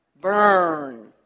burn